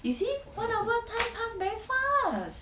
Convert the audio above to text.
you see one hour time pass very fast